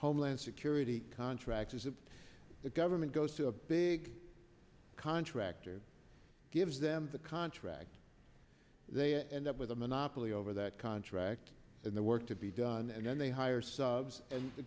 homeland security contractors that the government goes to a big contractor gives them the contract they end up with a monopoly over that contract and the work to be done and then they hire subs and the